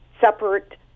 separate